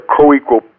co-equal